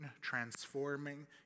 transforming